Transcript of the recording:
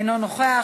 אינו נוכח,